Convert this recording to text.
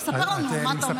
תספר לנו, מה אתה אומר?